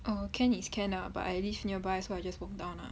err can is can lah but I live nearby so I just walk down lah